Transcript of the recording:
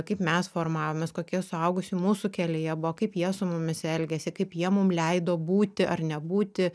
kaip mes formavom mes kokie suaugusių mūsų kelyje buvom kaip jie su mumis elgėsi kaip jie mum leido būti ar nebūti